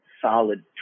solid